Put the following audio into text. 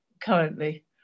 currently